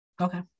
okay